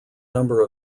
number